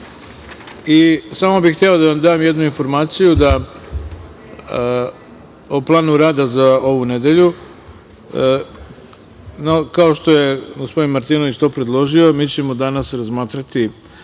bih hteo da vam dam jednu informaciju o planu rada za ovu nedelju. Kao što je gospodin Martinović to predložio, mi ćemo danas razmotriti